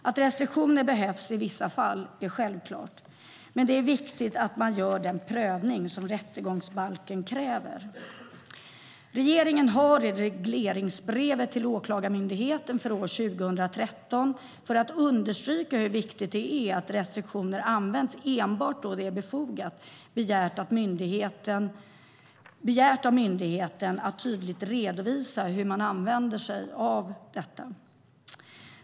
Att restriktioner behövs i vissa fall är självklart, men det är viktigt att man gör den prövning som rättegångsbalken kräver. Regeringen har i regleringsbrevet till Åklagarmyndigheten för år 2013, för att understryka hur viktigt det är att restriktioner används enbart då det är befogat, begärt att myndigheten tydligt redovisar hur man använder sig av detta.